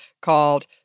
called